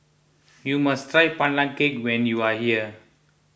you must try Pandan Cake when you are here